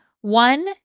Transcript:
One